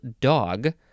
dog